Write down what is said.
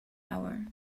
hour